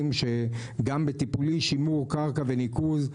שגם הם בטיפולי שימור קרקע וניקוז.